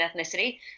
ethnicity